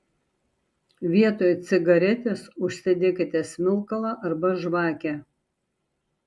vietoj cigaretės užsidekite smilkalą arba žvakę